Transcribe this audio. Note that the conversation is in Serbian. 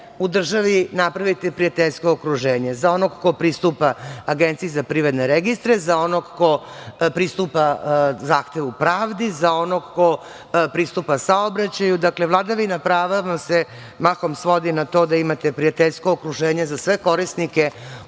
u državi napravite prijateljsko okruženje, za onoga ko pristupa APR-u, za onoga ko pristupa zahtevu pravdi, za onoga ko pristupa saobraćaju. Dakle, vladavina prava vam se mahom svodi na to da imate prijateljsko okruženje za sve korisnike